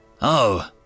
Oh